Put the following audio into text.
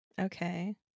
Okay